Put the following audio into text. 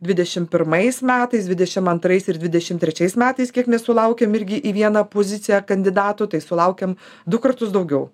dvidešim pirmais metais dvidešim antrais ir dvidešim trečiais metais kiek mes sulaukėme irgi į vieną poziciją kandidatų tai sulaukėm du kartus daugiau